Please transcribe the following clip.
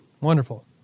Wonderful